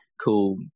cool